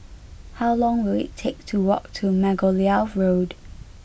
how long will it take to walk to Margoliouth Road